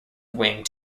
wing